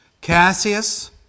Cassius